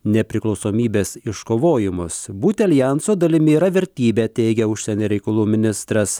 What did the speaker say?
nepriklausomybės iškovojimus būti aljanso dalimi yra vertybė teigia užsienio reikalų ministras